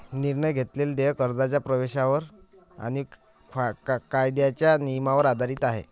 निर्णय घेतलेले देय कर्जाच्या प्रवेशावर आणि कायद्याच्या नियमांवर आधारित आहे